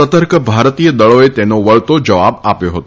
સતર્ક ભારતીય દળોએ તેનો વળતો જવાબ આપ્યો હતો